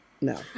No